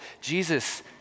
Jesus